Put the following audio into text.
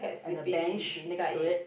and a bench next to it